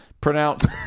Pronounced